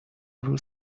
روز